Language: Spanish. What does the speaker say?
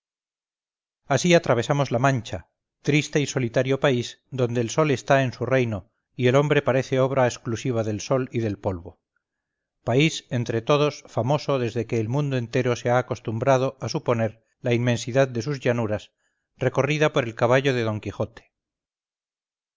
así atravesamos la mancha triste y solitario país donde el sol está en su reino y el hombre parece obra exclusiva del sol y del polvo país entre todos famoso desde que el mundo entero se ha acostumbrado a suponer la inmensidad de sus llanuras recorrida por el caballo de d quijote